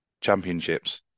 championships